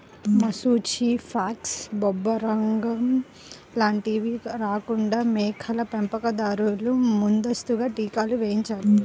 మశూచి, ఫాక్స్, బొబ్బరోగం లాంటివి రాకుండా మేకల పెంపకం దారులు ముందస్తుగా టీకాలు వేయించాలి